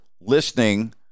listening